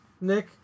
Nick